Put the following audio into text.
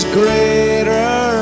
greater